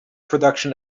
production